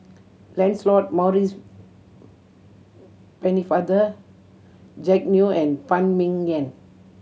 Lancelot Maurice Pennefather Jack Neo and Phan Ming Yen